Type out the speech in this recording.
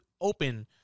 open